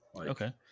Okay